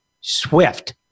swift